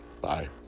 Bye